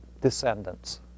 descendants